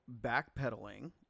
backpedaling